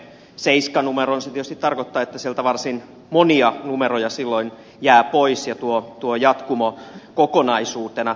se tietysti tarkoittaa että sieltä varsin monia numeroja silloin jää pois ja tuo on jatkumo kokonaisuutena